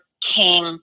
came